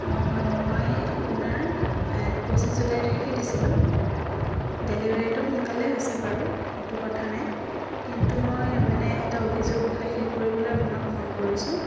অঁ হয় মই আপোনাৰ পঁচিছ জুলাই তাৰিখে দিছিলোঁ ডেলিভাৰীটো সোনকালে হৈছে বাৰু সেইটো কথা নাই কিন্তু মই মানে এটা অভিযোগ দাখিল কৰিবলৈ আপোনাক ফোন কৰিছোঁ